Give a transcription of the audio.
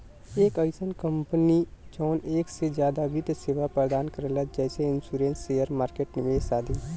एक अइसन कंपनी जौन एक से जादा वित्त सेवा प्रदान करला जैसे इन्शुरन्स शेयर मार्केट निवेश आदि